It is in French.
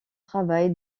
travail